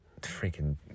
freaking